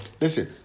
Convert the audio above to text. Listen